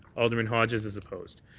alderman hodges is opposed.